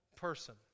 person